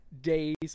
days